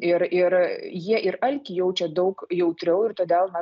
ir ir jie ir alkį jaučia daug jautriau ir todėl na